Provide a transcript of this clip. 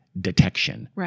detection